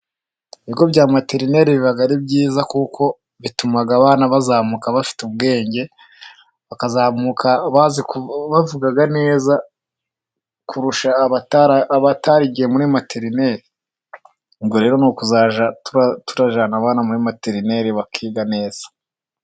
Ibigo bya materineri biba ari byiza kuko bituma abana bazamuka bafite ubwenge, bavuga neza kurusha abataragiye muri materineri. Ubwo rero ni ukujya turajyana abana muri materineri bakiga neza.